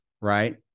Right